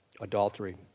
adultery